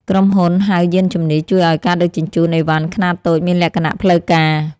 ក្រុមហ៊ុនហៅយានជំនិះ ជួយឱ្យការដឹកជញ្ជូនឥវ៉ាន់ខ្នាតតូចមានលក្ខណៈផ្លូវការ។